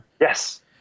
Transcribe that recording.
Yes